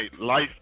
life